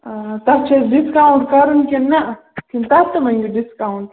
آ تَتھ چھَ حظ ڈِسکَوٚنٛٹ کَرُن کِنہٕ نَہ کِنہٕ تَتھ تہِ مٔنٛگِو ڈِسکَوٚنٛٹ